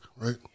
right